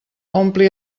ompli